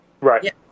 Right